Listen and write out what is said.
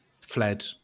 fled